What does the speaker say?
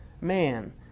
man